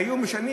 היו משנים,